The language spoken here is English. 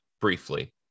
briefly